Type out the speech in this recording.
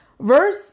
verse